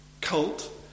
cult